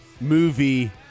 movie